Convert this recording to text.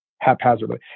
haphazardly